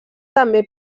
també